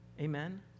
Amen